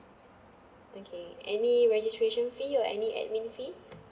okay any registration fee or any admin fee